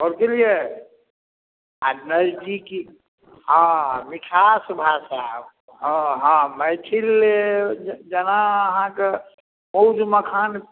आओर चिन्हलियै आ नजदीकी हाँ मिठास भाषा हँ हँ मैथिले जे जेना अहाँकेँ मौध मखान